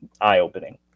eye-opening